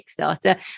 Kickstarter